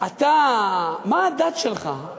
אתה, מה הדת שלך?